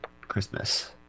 Christmas